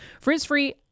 Frizz-free